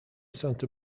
santa